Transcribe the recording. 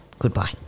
Goodbye